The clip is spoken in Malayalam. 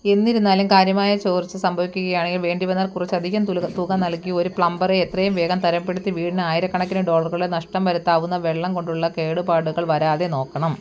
എന്നിരുന്നാലും കാര്യമായ ചോർച്ച സംഭവിക്കുകയാണെങ്കിൽ വേണ്ടി വന്നാൽ കുറച്ചധികം തുക നൽകി ഒരു പ്ലംബറെ എത്രയുംവേഗം തരപ്പെടുത്തി വീടിന് ആയിരകണക്കിന് ഡോളറുകൾ നഷ്ടം വരുത്താവുന്ന വെള്ളം കൊണ്ടുള്ള കേടുപാടുകൾ വരാതെ നോക്കണം